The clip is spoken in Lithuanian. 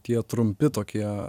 tie trumpi tokie